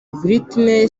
britney